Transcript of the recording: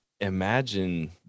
imagine